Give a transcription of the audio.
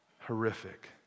horrific